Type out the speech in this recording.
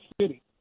City